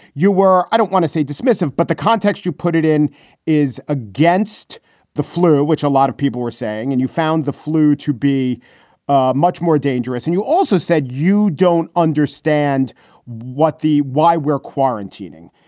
you were i don't want to say dismissive, but the context you put it in is against the flu, which a lot of people were saying, and you found the flu to be ah much more dangerous. and you also said you don't understand what the why we're quarantining.